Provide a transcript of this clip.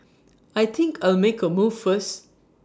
I think I'll make A move first